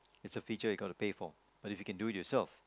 it's a feature you got to pay for but if you can do it yourself